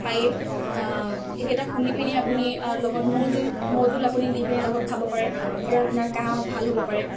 পায়ে এইকেইটা খুন্দি পিনি আপুনি আৰু লগত মৌজোল মৌজোল আপুনি দি পিনি লগত খাব পাৰে ফলত আপোনাৰ কাহ ভাল হ'ব পাৰে